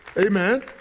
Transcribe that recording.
amen